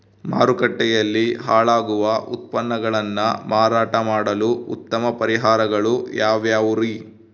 ಮಾರುಕಟ್ಟೆಯಲ್ಲಿ ಹಾಳಾಗುವ ಉತ್ಪನ್ನಗಳನ್ನ ಮಾರಾಟ ಮಾಡಲು ಉತ್ತಮ ಪರಿಹಾರಗಳು ಯಾವ್ಯಾವುರಿ?